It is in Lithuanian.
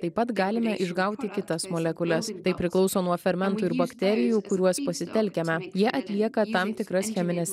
taip pat galime išgauti kitas molekules tai priklauso nuo fermentų ir bakterijų kuriuos pasitelkiame jie atlieka tam tikras chemines